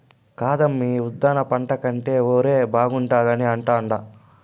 కాదమ్మీ ఉద్దాన పంట కంటే ఒరే బాగుండాది అంటాండా